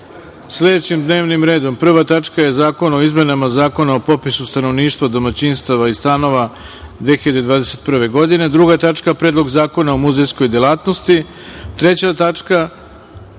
sledećim dnevnim redom: prva tačka – Zakon o izmenama Zakona o popisu stanovništva, domaćinstava i stanova 2021. godine, druga tačka – Predlog zakona o muzejskoj delatnosti, treća tačka –